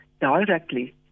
directly